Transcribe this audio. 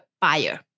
buyer